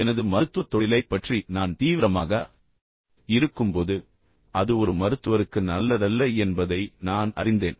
எனது மருத்துவத் தொழிலைப் பற்றி நான் தீவிரமாக இருக்கும்போது அது ஒரு மருத்துவருக்கு நல்லதல்ல என்பதை நான் அறிந்தேன்